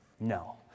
No